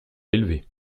élevés